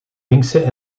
linkse